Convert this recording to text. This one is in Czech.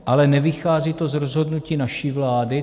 Ale nevychází to z rozhodnutí naší vlády.